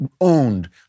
owned